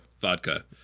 vodka